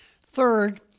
Third